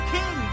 King